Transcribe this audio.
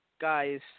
guys